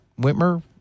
Whitmer